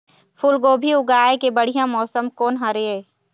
फूलगोभी उगाए के बढ़िया मौसम कोन हर ये?